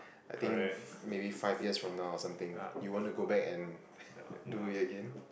I think if maybe five years from now or something you want to go back and do it again